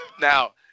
Now